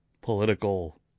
political